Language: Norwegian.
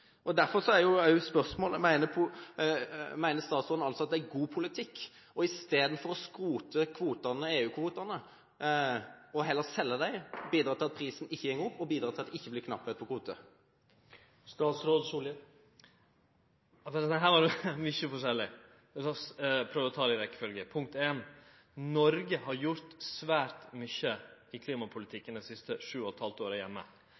god politikk, istedenfor å skrote EU-kvotene, heller å selge dem, bidra til at prisen ikke går opp, og bidra til at det ikke blir knapphet på kvoter? Her var det jo mykje forskjellig. Eg skal prøve å ta det i rekkjefølgje. Punkt ein: Noreg har gjort svært mykje i klimapolitikken dei siste sju og eit halvt åra